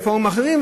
בפורומים אחרים,